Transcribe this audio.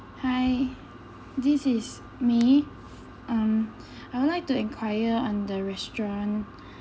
hi this is me (um)I would like to enquire on the restaurant